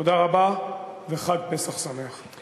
תודה רבה וחג פסח שמח.